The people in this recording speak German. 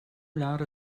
lara